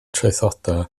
traethodau